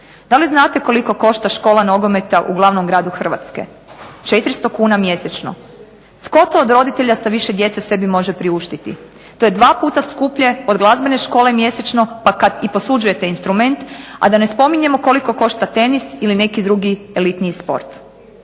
Da li znate koliko košta škola nogometa u glavnom gradu Hrvatske? 400 kuna mjesečno. Tko to od roditelja sa više djece sebi može priuštiti? To je dva puta skuplje od glazbene škole mjesečno pa kad i posuđujete instrument, a da ne spominjemo koliko košta tenis ili neki drugi elitniji sport.